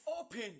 open